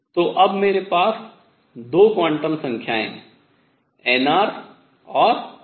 तो अब मेरे पास 2 क्वांटम संख्याएँ nr और n हैं